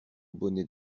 bonnet